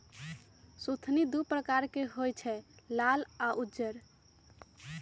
सुथनि दू परकार के होई छै लाल आ उज्जर